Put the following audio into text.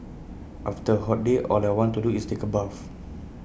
after A hot day all I want to do is take A bath